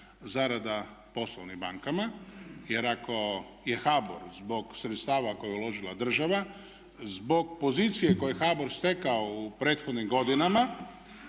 zarada poslovnim bankama. Jer, ako je HBOR-u zbog sredstava koje je uložila država, zbog pozicije koje je HBOR stekao u prethodnim godinama